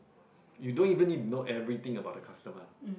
you don't even need know everything about the customer